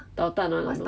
捣蛋 [one] ah